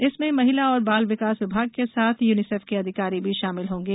इसमें महिला और बाल विकास विभाग के साथ यूनिसेफ के अधिकारी भी शामिल होंगे